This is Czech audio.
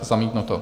Zamítnuto.